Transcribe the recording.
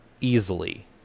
easily